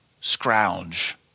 scrounge